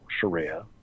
Sharia